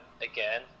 again